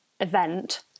event